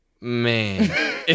Man